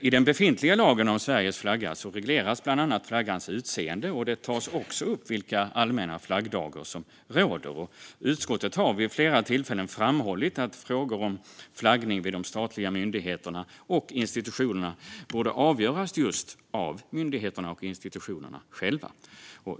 I den befintliga lagen om Sveriges flagga regleras bland annat flaggans utseende, och det tas också upp vilka allmänna flaggdagar som råder. Utskottet har vid flera tillfällen framhållit att frågor om flaggning vid de statliga myndigheterna och institutionerna borde avgöras av just myndigheterna och institutionerna själva.